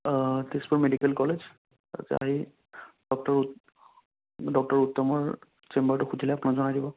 Tezpur medical college তাৰ পিছত হেৰি ডক্টৰ ডক্টৰ উত্তমৰ চেম্বাৰটো সুধিলে আপোনাক জনাই দিব